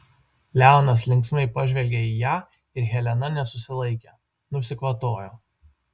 leonas linksmai pažvelgė į ją ir helena nesusilaikė nusikvatojo